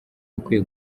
ukwiye